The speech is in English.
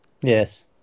Yes